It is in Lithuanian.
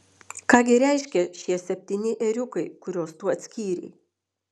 ką gi reiškia šie septyni ėriukai kuriuos tu atskyrei